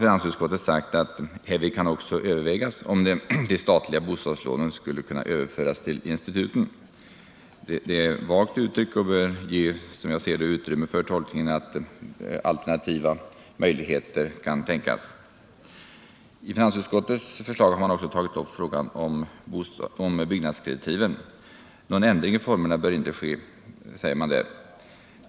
Finansutskottet har sagt att härvid kan övervägas om de statliga bostadslånen skulle kunna överföras till instituten. Det är vagt uttryckt och bör, som jag ser det, ge utrymme för tolkningen att alternativa möjligheter kan tänkas. Finansutskottet har i sitt förslag också tagit upp frågan om byggnadskreditiven. Någon ändring i formerna bör inte ske, säger man.